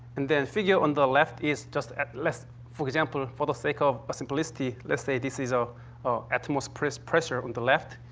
and the and figure on the left is just less, for example, for the sake of simplicity, let's say this is ah atmospheric pressure on the left.